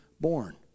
born